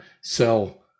sell